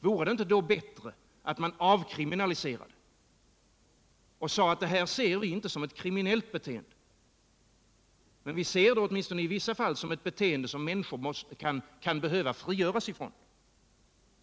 Vore det inte bättre att avkriminalisera och säga att vi inte ser detta som ett kriminellt beteende, utan — åtminstone i vissa fall — som ett beteende som människor kan behöva frigöras från?